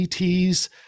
ETs